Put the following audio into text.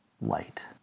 light